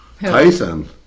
Tyson